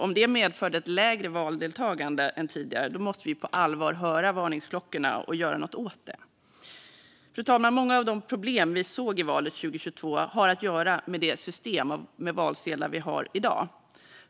Om det medförde ett lägre valdeltagande än tidigare måste vi på allvar höra varningsklockorna och göra något åt det. Fru talman! Många av de problem som vi såg i valet 2022 har att göra med det system med valsedlar vi har i dag.